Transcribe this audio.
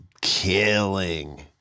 killing